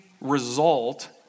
result